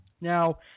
Now